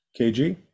KG